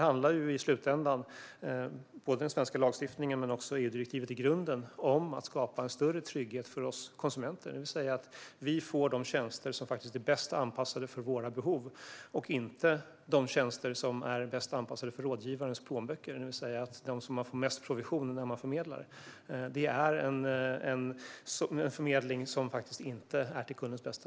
Både den svenska lagstiftningen och EU-direktivet handlar i grunden om att skapa en större trygghet för oss konsumenter, det vill säga att vi får de tjänster som faktiskt är bäst anpassade för våra behov och inte de tjänster som är bäst anpassade för rådgivarnas plånböcker, de tjänster där man får högst förmedlingsprovision. Det är ju i så fall en förmedling som inte är till kundens bästa.